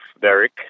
Derek